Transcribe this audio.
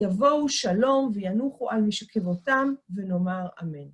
יבואו שלום וינוחו על משכבותם, ונאמר אמן.